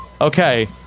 Okay